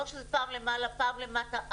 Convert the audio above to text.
לא שזה פעם למעלה ופעם למטה.